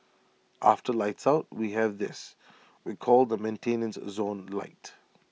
after lights out we have this we call the maintenance zone light